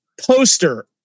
poster